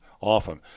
often